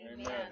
Amen